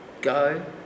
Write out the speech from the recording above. go